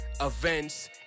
events